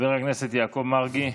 חבר הכנסת יעקב מרגי,